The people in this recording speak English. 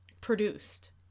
produced